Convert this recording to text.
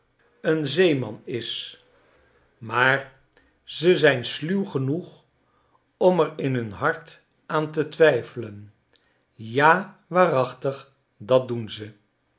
man is maar ze zijn sluw genoeg om er in hun hart aan te twijfelen ja waarachtig dat doen ze